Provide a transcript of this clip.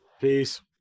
Peace